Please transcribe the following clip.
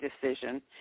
decision